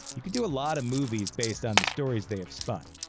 you could do a lot of movies based on the stories they have spun.